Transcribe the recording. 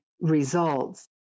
results